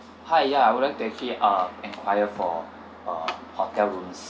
hi ya I would like to actually uh enquire for a hotel rooms